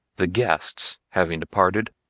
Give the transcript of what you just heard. the guests having departed,